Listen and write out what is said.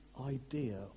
idea